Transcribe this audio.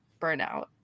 burnout